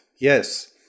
yes